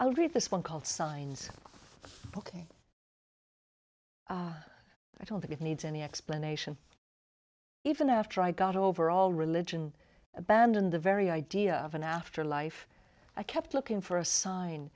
i'll read this one called signs i don't think it needs any explanation even after i got over all religion abandon the very idea of an afterlife i kept looking for a sign